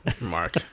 Mark